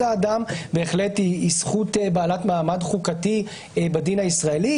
האדם בהחלט היא זכות בעלת מעמד חוקתי בדין הישראלי